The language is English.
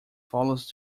follows